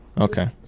Okay